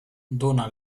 dona